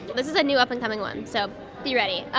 this is a new up and coming one, so be ready.